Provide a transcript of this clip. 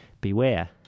Beware